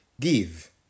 Give